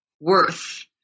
worth